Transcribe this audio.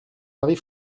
marie